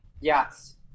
Yes